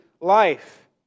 life